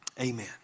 Amen